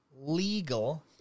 legal